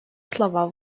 слова